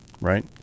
Right